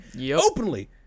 openly